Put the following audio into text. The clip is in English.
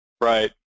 Right